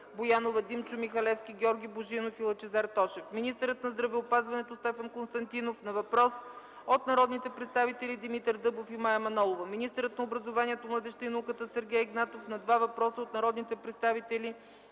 Боянова, Димчо Михалевски, Георги Божинов и Лъчезар Тошев; - министърът на здравеопазването Стефан Константинов на въпрос от народните представители Димитър Дъбов и Мая Манолова; - министърът на образованието, младежта и науката Сергей Игнатов на два въпроса от народните представители